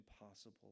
impossible